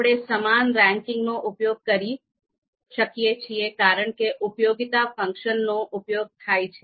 આપણે સમાન રેન્કિંગનો ઉપયોગ કરી શકીએ છીએ કારણ કે ઉપયોગિતા ફંક્શન નો ઉપયોગ થાય છે